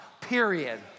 period